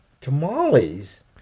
Tamales